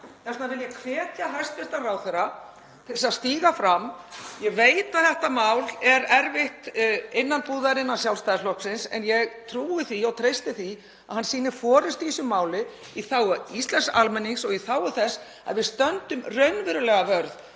Þess vegna vil ég hvetja hæstv. ráðherra til þess að stíga fram. Ég veit að þetta mál er erfitt innan búðar innan Sjálfstæðisflokksins en ég trúi því og treysti því að hann sýni forystu í þessu máli í þágu íslensks almennings og í þágu þess að við stöndum raunverulega vörð